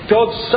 God's